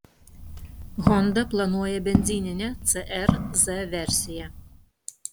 honda planuoja benzininę cr z versiją